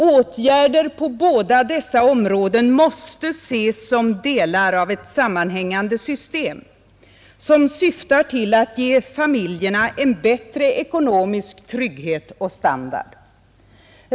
Åtgärder på båda dessa områden måste ses som delar av ett sammanhängande system som syftar till att ge familjerna en bättre ekonomisk trygghet och standard.